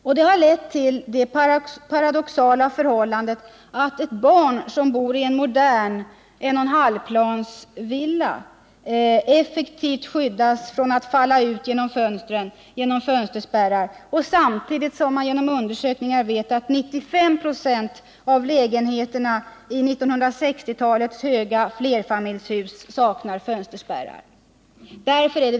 Detta har lett till det paradoxala förhållandet att barn som bor i moderna 1 1/2-plansvillor effektivt skyddas genom fönsterspärrar från att falla ut genom fönstren, samtidigt som vi genom undersökningar vet att 95 26 av lägenheterna i 1960-talets höga flerfamiljshus saknar fönsterspärrar.